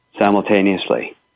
simultaneously